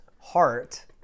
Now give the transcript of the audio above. heart